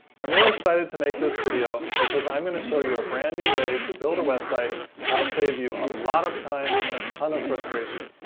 i'm really excited to make this video, because i'm i'm going to show you a brand new way to build a website that'll save you a lot of time and a ton of frustration.